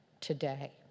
today